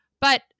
But-